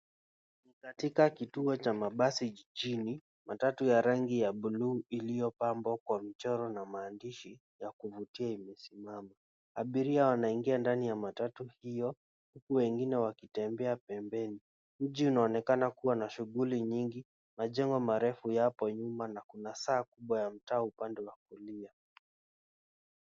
Katika kituo cha mabasi jijini, matatu ya rangi ya bluu iliyopambwa kwa michoro na maandishi ya kuvutia imesimama. Abiria wanaingia ndani ya matatu hiyo huku wengine wakitembea pembeni. Mji unaonekana kuwa na shughuli nyingi, majengo marefu yapo nyuma na kuna saa kubwa ya mtaa upande wa kulia.